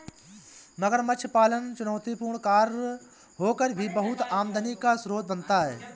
मगरमच्छ पालन चुनौतीपूर्ण कार्य होकर भी बहुत आमदनी का स्रोत बनता है